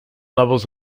levels